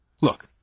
look